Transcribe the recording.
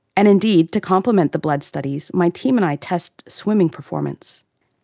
and indeed, to complement the blood studies, my team and i test swimming performance.